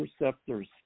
receptors